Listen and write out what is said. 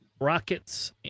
Rockets